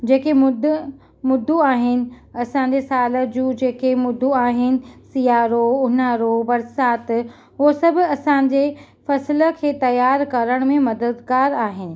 जेके मुद्द मुदूं आहिनि असांजे साल जूं जेके मुंदूं आहिनि सियारो उन्हारो बरसाति उहे सभु असांजे फ़सुलु खे तयारु करण में मददगारु आहिनि